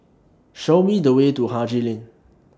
Show Me The Way to Haji Lane